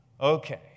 Okay